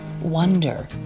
wonder